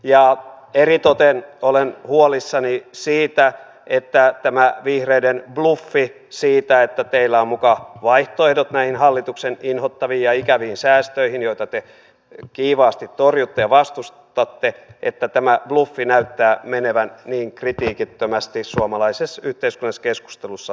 ja eritoten olen huolissani siitä että tämä vihreiden bluffi että teillä on muka vaihtoehdot näihin hallituksen inhottaviin ja ikäviin säästöihin joita te kiivaasti torjutte ja vastustatte näyttää menevän niin kritiikittömästi suomalaisessa yhteiskunnallisessa keskustelussa läpi